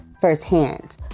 firsthand